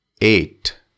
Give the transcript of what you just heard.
eight